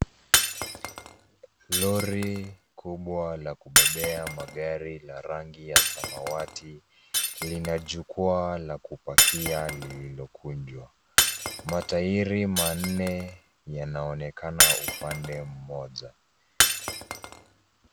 Lori kubwa la kubebea magari la rangi ya samawati lina jukwaa la kupakia lililokunjwa. Matairi manne yanaonekana upande mmoja.